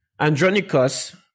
andronicus